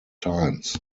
times